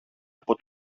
από